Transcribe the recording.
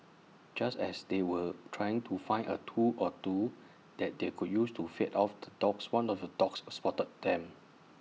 just as they were trying to find A tool or two that they could use to fend off the dogs one of the dogs spotted them